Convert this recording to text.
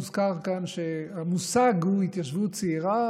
הוזכר כאן שהמושג הוא "התיישבות צעירה",